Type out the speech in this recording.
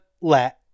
let